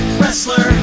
wrestler